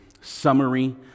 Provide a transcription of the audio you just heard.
summary